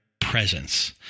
presence